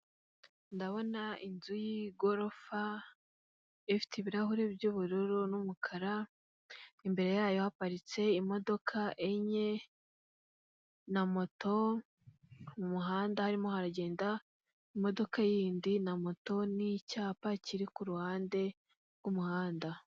Ndabona inzu yi igorofa ifite ibirahuri by’ubururu n’umukara imbere yayo haparitse imodoka enye na moto mu muhanda. Harimo hagenda imodoka yindi na moto, nicyapa kiri kuruhande rw’umuhanda.